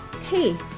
Hey